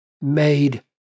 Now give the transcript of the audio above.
made